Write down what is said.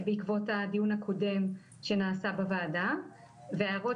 בעקבות הדיון הקודם שנעשה בוועדה וההערות